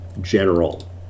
general